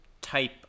type